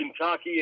Kentucky